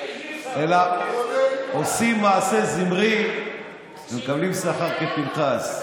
אלא עושים מעשה זמרי ומקבלים שכר כפנחס.